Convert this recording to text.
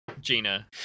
Gina